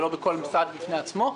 ולא בכל משרד בפני עצמו.